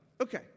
Okay